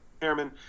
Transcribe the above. Chairman